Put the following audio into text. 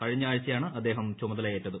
കഴിഞ്ഞ ആഴ്ചയാണ് അദ്ദേഹം ചുമതലയേറ്റത്